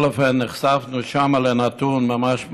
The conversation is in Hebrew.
נחשפנו שם לנתון ממש מדהים,